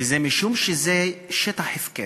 וזה משום שזה שטח הפקר,